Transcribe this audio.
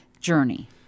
journey